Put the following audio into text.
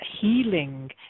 healing